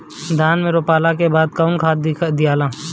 धान रोपला के बाद कौन खाद दियाला?